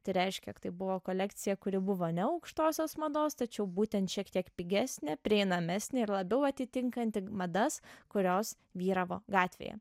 tai reiškia jog tai buvo kolekcija kuri buvo ne aukštosios mados tačiau būtent šiek tiek pigesnė prieinamesnė ir labiau atitinkanti madas kurios vyravo gatvėje